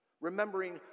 Remembering